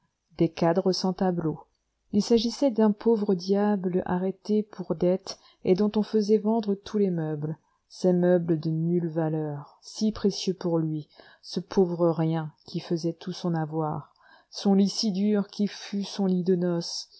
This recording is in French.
des cadres sans tableaux il s'agissait d'un pauvre diable arrêté pour dettes et dont on faisait vendre tous les meubles ces meubles de nulle valeur si précieux pour lui ce pauvre rien qui faisait tout son avoir son lit si dur qui fut son lit de noces